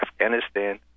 Afghanistan